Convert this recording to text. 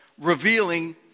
revealing